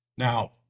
Now